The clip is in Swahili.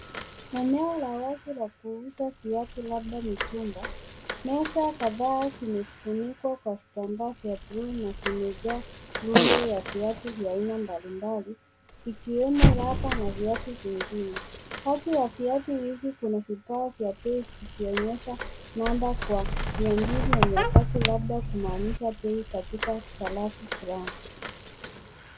Eneo la wazi la kuuza viatu labda mitumba. Meza kadhaa zimefunikwa kwa vitambaa vya bluu na vimejaa rundo vya viatu vya aina mbalimbali vikiwemo [cs[rubber na viatu vingine. Kati ya viatu hivi kuna vibao vya bei vikionyesha namba kwa mia mbili na mia tatu labda kumaanisha bei katika sarafu fulani.